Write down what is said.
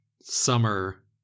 summer